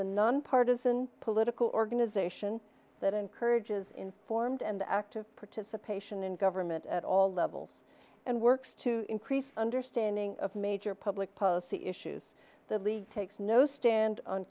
a nonpartisan political organization that encourages informed and active participation in government at all levels and works to increase understanding of major public policy issues the league takes no stand on